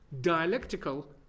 dialectical